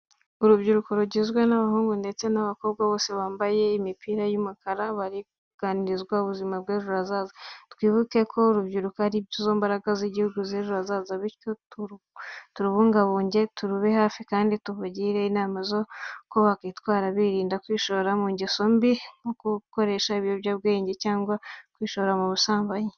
Urubyiruko rugizwe n'abahungu ndetse n'abakobwa bose bambaye imipira y'umukara, bari kuganirizwa ku buzima bw'ejo hazaza. Twibuke ko urubyiruko ari imbaraga z'igihugu z'ejo hazaza bityo turubungabunge, turube hafi kandi tubagire inama z'uko bakwitwara, birinda kwishora mu ngeso mbi zirimo nko gukoresha ibiyobyabwenge cyangwa kwishora mu busambanyi.